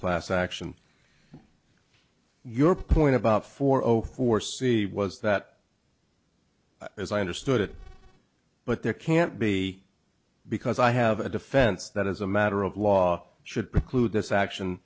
class action your point about for zero four c was that as i understood it but there can't be because i have a defense that as a matter of law should preclude this action